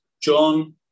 John